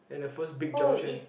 then the first big junction